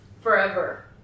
forever